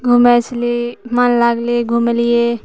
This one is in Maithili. घुमै छली मोन लागलै घुमलिए